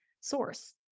source